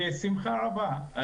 בשמחה רבה.